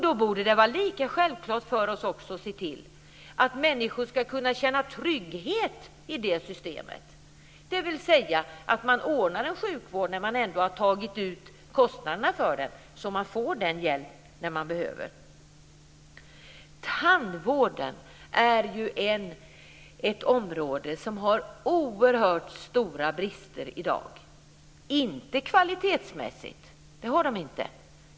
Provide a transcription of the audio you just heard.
Då borde det vara lika självklart för oss att se till att människor ska kunna känna trygghet i det systemet, dvs. att man ordnar en sjukvård när man ändå har tagit ut kostnaderna för den så att människor får hjälp när de behöver. Tandvården är ett område som har oerhört stora brister i dag. Inte kvalitetsmässigt, det har de inte.